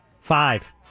Five